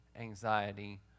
anxiety